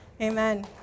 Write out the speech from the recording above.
Amen